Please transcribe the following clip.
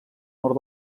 nord